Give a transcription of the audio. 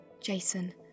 Jason